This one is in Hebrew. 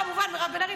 כמובן: מירב בן ארי,